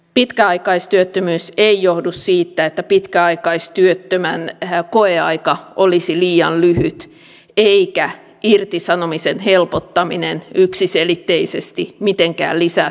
pitkäaikaistyöttömyys ei johdu siitä että pitkäaikaistyöttömän koeaika olisi liian lyhyt eikä irtisanomisen helpottaminen yksiselitteisesti mitenkään lisää työllisyyttä